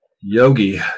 Yogi